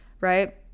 right